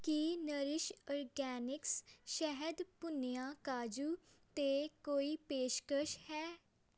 ਕੀ Nourish Organics ਸ਼ਹਿਦ ਭੁੰਨਿਆ ਕਾਜੂ 'ਤੇ ਕੋਈ ਪੇਸ਼ਕਸ਼ ਹੈ